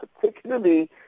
particularly